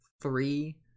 three